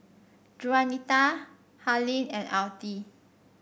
Juanita Harlene and Altie